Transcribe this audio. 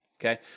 okay